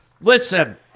Listen